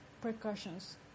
precautions